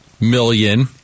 million